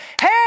Hey